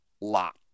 lot